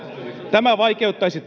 tämä vaikeuttaisi